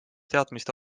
teadmiste